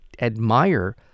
admire